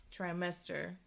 trimester